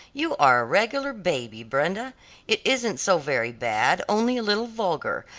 you are a regular baby, brenda it isn't so very bad, only a little vulgar,